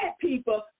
people